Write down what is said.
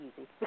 easy